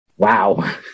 wow